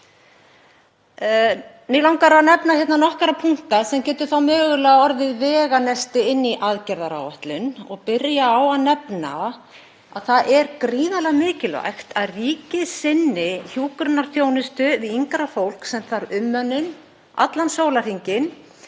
Mig langar að nefna nokkra punkta sem geta þá mögulega orðið veganesti inn í aðgerðaáætlun og byrja á að nefna að það er gríðarlega mikilvægt að ríkið sinni hjúkrunarþjónustu við yngra fólk sem þarf umönnun allan sólarhringinn.